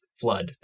flood